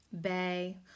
Bay